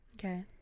Okay